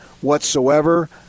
whatsoever